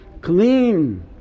clean